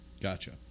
Gotcha